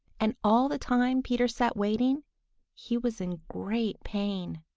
and all the time peter sat waiting he was in great pain.